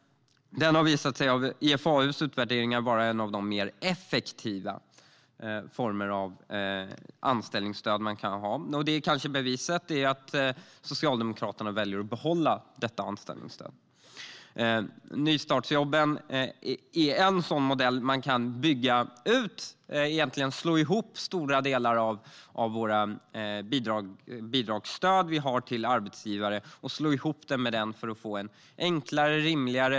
Det har av IFAU:s utvärderingar visat sig vara en av de mer effektiva formerna av anställningsstöd. Beviset är kanske att Socialdemokraterna väljer att behålla detta anställningsstöd. Nystartsjobben är en modell man kan bygga ut. Man kan egentligen slå ihop stora delar av de bidragsstöd vi har till arbetsgivare med detta för att det ska bli enklare och rimligare.